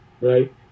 Right